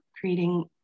creating